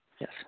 Yes